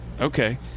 okay